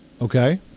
Okay